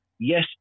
Yes